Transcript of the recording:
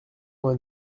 vingt